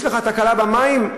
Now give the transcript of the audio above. יש לך תקלה במים?